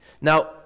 Now